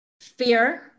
Fear